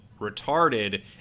retarded